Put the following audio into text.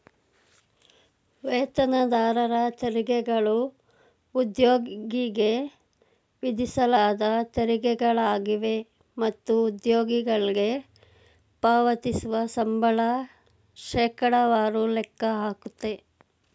ವೇತನದಾರರ ತೆರಿಗೆಗಳು ಉದ್ಯೋಗಿಗೆ ವಿಧಿಸಲಾದ ತೆರಿಗೆಗಳಾಗಿವೆ ಮತ್ತು ಉದ್ಯೋಗಿಗಳ್ಗೆ ಪಾವತಿಸುವ ಸಂಬಳ ಶೇಕಡವಾರು ಲೆಕ್ಕ ಹಾಕುತ್ತೆ